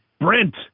Brent